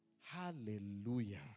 Hallelujah